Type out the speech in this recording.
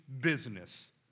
business